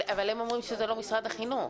אבל הם אומרים שזה לא משרד החינוך.